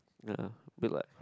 ya good what